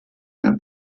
herr